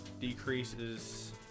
decreases